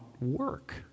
work